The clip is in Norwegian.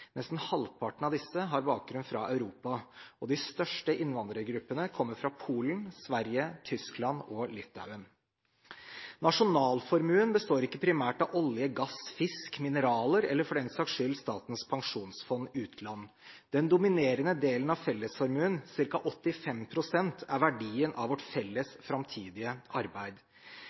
Nesten halvparten av disse har bakgrunn fra Europa. De største innvandrergruppene kommer fra Polen, Sverige, Tyskland og Litauen. Nasjonalformuen består ikke primært av olje, gass, fisk, mineraler eller – for den saks skyld – Statens pensjonsfond utland. Den dominerende delen av fellesformuen, ca. 85 pst., er verdien av vårt felles framtidige arbeid.